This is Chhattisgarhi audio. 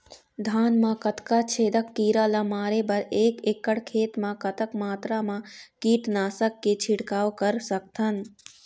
धान मा कतना छेदक कीरा ला मारे बर एक एकड़ खेत मा कतक मात्रा मा कीट नासक के छिड़काव कर सकथन?